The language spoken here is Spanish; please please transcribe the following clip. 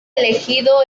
elegido